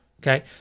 Okay